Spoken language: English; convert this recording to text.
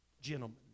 gentlemen